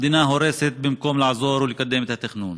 המדינה הורסת במקום לעזור ולקדם את התכנון.